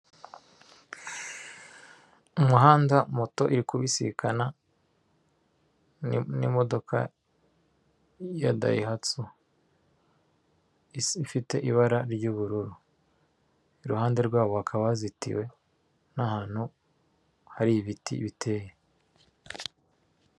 Umuhanda moto iri kubisikana n'imodoka ya dayihatsu ifite ibara ry'ubururu, iruhande rwabo hakaba hazitiwe n'ahantu hari ibiti biteye.